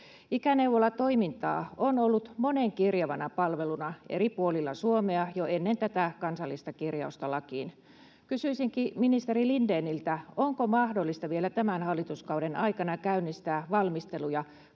Ikäneuvolatoimintaa on ollut monenkirjavana palveluna eri puolilla Suomea jo ennen tätä kansallista kirjausta lakiin. Kysyisinkin ministeri Lindéniltä: onko mahdollista vielä tämän hallituskauden aikana käynnistää valmisteluja